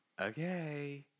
okay